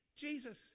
Jesus